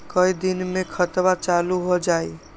कई दिन मे खतबा चालु हो जाई?